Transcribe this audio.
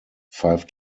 five